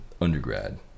undergrad